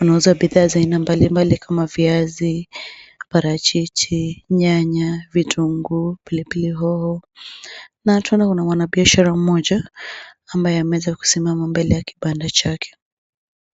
unauuza bidhaa za aina mbali mbali kama viazi, parijiji, nyanya, vitukuu, pilipili hoho, na hata tunaona wana biashara moja ambaye ameweza kusimama mbele ya kibanda chake.